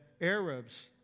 Arabs